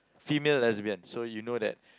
female lesbian so you know that